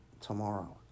tomorrow